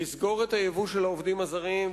לסגור את הייבוא של העובדים הזרים,